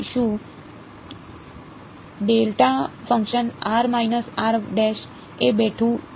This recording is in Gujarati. શું ડેલ્ટા ફંક્શન એ બેઠું છે